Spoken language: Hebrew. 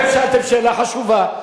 אתם שאלתם שאלה חשובה,